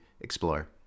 explore